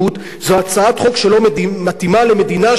זו הצעת חוק שלא מתאימה למדינה שיש בה